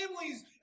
families